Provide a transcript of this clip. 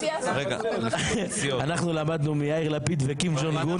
אנחנו למדנו מיאיר לפיד וקים ג'ונג און,